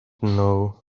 know